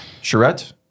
charette